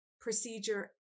procedure